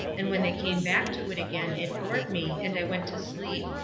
and when they came back to it again it bored me, and i went to sleep.